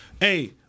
Hey